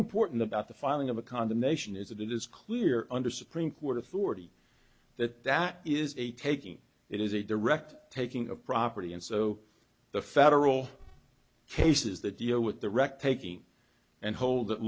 important about the filing of a condemnation is that it is clear under supreme court authority that that is a taking it is a direct taking of property and so the federal cases that deal with the wreck taking and hold that